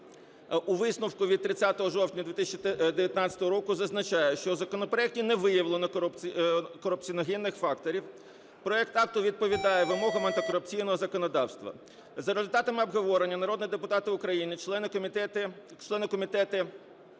у висновку від 30 жовтня 2019 року зазначають, що в законопроекті не виявлено корупціогенних факторів, проект акту відповідає вимогам антикорупційного законодавства. За результатами обговорення народні депутати України - члени Комітету